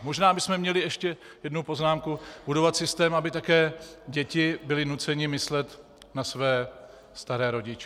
Možná bychom měli ještě jednu poznámku budovat systém, aby také děti byly nuceny myslet na své staré rodiče.